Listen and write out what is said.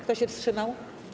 Kto się wstrzymał?